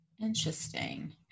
Interesting